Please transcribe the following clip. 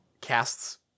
casts